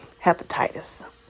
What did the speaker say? Hepatitis